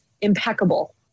impeccable